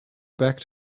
back